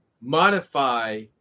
modify